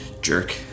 Jerk